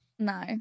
No